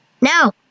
Now